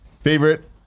Favorite